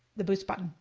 the boost button,